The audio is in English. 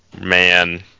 man